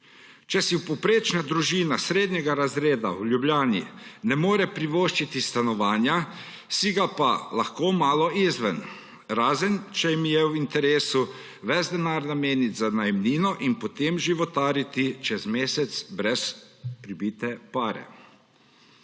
Če si povprečna družina srednjega razreda v Ljubljani ne more privoščiti stanovanja, si ga pa lahko malo izven, razen če jim je v interesu ves denar nameniti za najemnino in potem životariti čez mesec brez prebite pare.